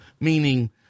Meaning